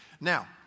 Now